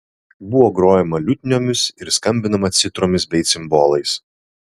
buvo grojama liutniomis ir skambinama citromis bei cimbolais